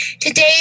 Today